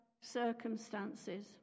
circumstances